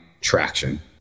traction